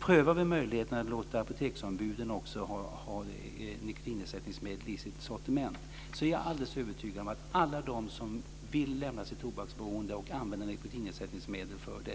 Prövar vi möjligheterna att också låta apoteksombuden ha nikotinersättningsmedel i sitt sortiment, är jag alldeles övertygad om att alla de som vill lämna sitt tobaksberoende och använda nikotinersättningsmedel för det kommer